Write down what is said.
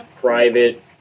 private